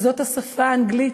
וזה השפה האנגלית.